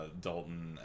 dalton